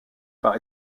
par